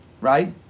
right